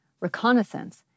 reconnaissance